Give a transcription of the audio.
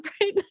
right